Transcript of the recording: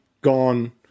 gone